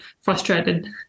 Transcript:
frustrated